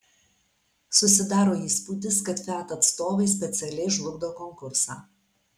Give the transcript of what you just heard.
susidaro įspūdis kad fiat atstovai specialiai žlugdo konkursą